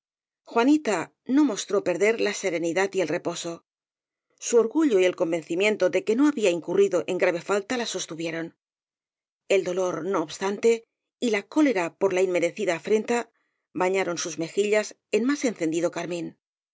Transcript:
juanita no mostró perder la serenidad y el reposo su orgullo y el convencimiento de que no había incurrido en grave falta la sostuvieron el dolor no obstante y la cólera por la inmerecida afrenta bañaron sus mejillas en más encendido carmín